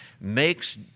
makes